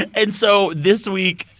and so this week,